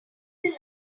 human